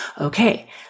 Okay